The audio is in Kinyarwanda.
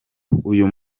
uyu